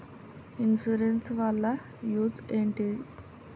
Insurance వాళ్ల use ఏంటిది?